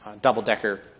double-decker